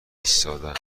ایستادن